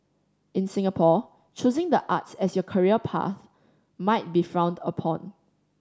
in Singapore choosing the arts as your career path might be frowned upon